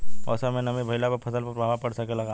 मौसम में नमी भइला पर फसल पर प्रभाव पड़ सकेला का?